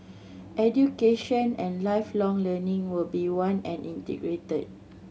Education and Lifelong Learning will be one and integrated